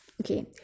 okay